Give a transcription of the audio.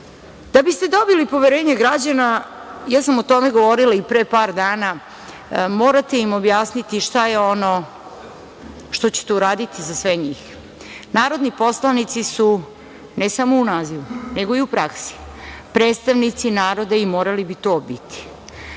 biste dobili poverenje građana, ja sam o tome govorila i pre par dana, morate im objasniti šta je ono što ćete uraditi za sve njih. Narodni poslanici su, ne samo u nazivu nego i u praksi, predstavnici naroda i morali bi to biti.